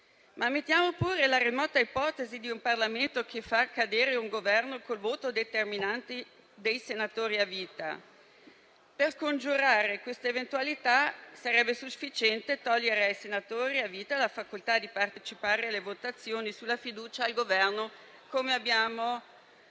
ammettiamo pure la remota ipotesi di un Parlamento che fa cadere un Governo col voto determinante dei senatori a vita. Per scongiurare questa eventualità, sarebbe sufficiente togliere ai senatori a vita la facoltà di partecipare alle votazioni sulla fiducia al Governo, come abbiamo proposto.